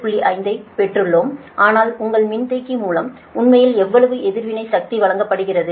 5 ஐப் பெற்றுள்ளோம் ஆனால் உங்கள் மின்தேக்கி மூலம் உண்மையில் எவ்வளவு எதிர்வினை சக்தி வழங்கப்படுகிறது